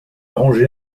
arrangé